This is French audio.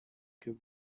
que